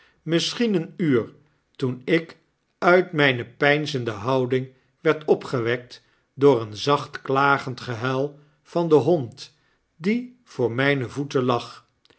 misschien een uur toenik uit mijne peinzende houding werd opgewekt door een zacht klagend gehuil van den hond die voor mijne voeten lag